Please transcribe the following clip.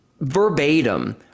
verbatim